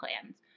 plans